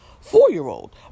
four-year-old